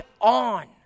on